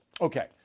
Okay